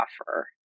offer